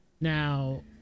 Now